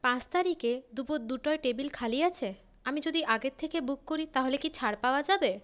পাঁচ তারিখে দুপুর দুটোয় টেবিল খালি আছে আমি যদি আগের থেকে বুক করি তাহলে কি ছাড় পাওয়া যাবে